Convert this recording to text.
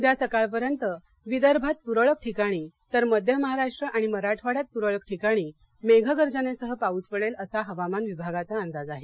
उद्या सकाळपर्यंत विदर्भात तूरळक ठिकाणी तर मध्य महाराष्ट्र आणि मराठवाड्यात तूरळक ठिकाणी मेघ गर्जनेसह पाऊस पडेल असा हवामान विभागाचा अंदाज आहे